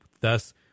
thus